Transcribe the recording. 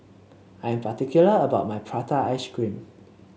I am particular about my Prata Ice Cream